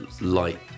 light